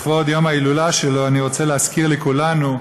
לכבוד יום ההילולה שלו אני רוצה להזכיר לכולנו,